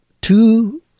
two